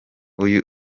uyu